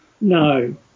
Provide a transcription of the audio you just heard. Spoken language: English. No